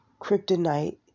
Kryptonite